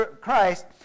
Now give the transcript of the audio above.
Christ